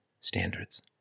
standards